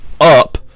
up